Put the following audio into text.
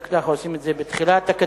בדרך כלל עושים את זה בתחילת הקדנציה.